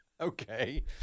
Okay